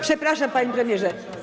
Przepraszam, panie premierze.